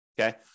Okay